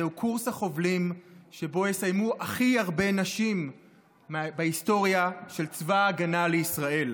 זהו קורס החובלים שיסיימו הכי הרבה נשים בהיסטוריה של צבא ההגנה לישראל.